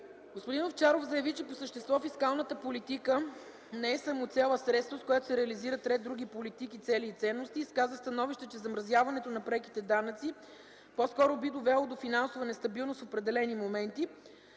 Господин Овчаров заяви, че по същество фискалната политика не е самоцел, а средство, с което се реализират ред други политики, цели и ценности. Изказа становище, че замразяването на преките данъци по скоро би довело до финансова нестабилност в определени моменти.